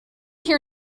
here